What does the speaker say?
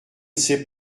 sais